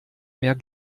mehr